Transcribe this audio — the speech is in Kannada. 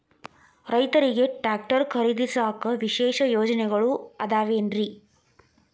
ರೈತರಿಗೆ ಟ್ರ್ಯಾಕ್ಟರ್ ಖರೇದಿಸಾಕ ವಿಶೇಷ ಯೋಜನೆಗಳು ಅದಾವೇನ್ರಿ?